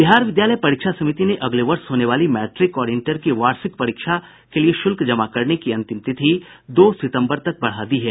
बिहार विद्यालय परीक्षा समिति ने अगले वर्ष होने वाली मैट्रिक और इंटर की वार्षिक परीक्षा के लिए शुल्क जमा करने की अंतिम तिथि दो सितम्बर तक बढ़ा दी है